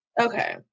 okay